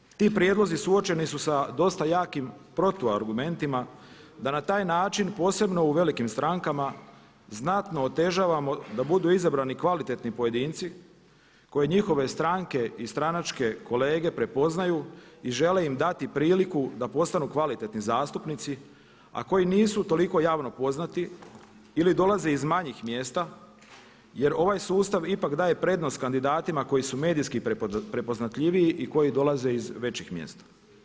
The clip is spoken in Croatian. Međutim, ti prijedlozi suočeni su sa dosta jakim protu argumentima da na taj način posebno u velikim strankama znatno otežavamo da budu izabrani kvalitetni pojedinci koje njihove stranke i stranačke kolege prepoznaju i žele im dati priliku da postanu kvalitetni zastupnici, a koji nisu toliko javno poznati ili dolaze iz manjih mjesta jer ovaj sustav ipak daje prednost kandidatima koji su medijski prepoznatljiviji i koji dolaze iz većih mjesta.